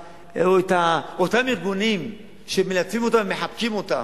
אותם ארגונים שמנצלים אותם ומחבקים אותם,